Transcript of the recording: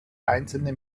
einzelne